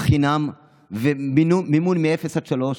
חינם ומימון מגיל אפס עד שלוש?